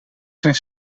zijn